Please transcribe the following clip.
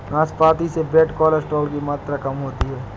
नाशपाती से bad cholesterol की मात्रा कम होती है